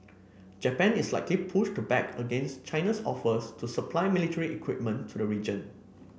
Japan is likely push to back against China's offers to supply military equipment to the region